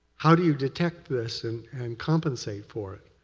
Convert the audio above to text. how do you detect this and and compensate for it?